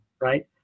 right